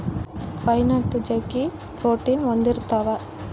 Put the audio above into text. pine nut ಜಗ್ಗಿ protein ಹೊಂದಿರ್ತವ